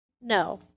No